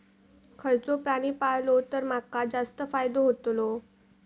खयचो प्राणी पाळलो तर माका जास्त फायदो होतोलो?